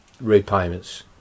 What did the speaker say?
repayments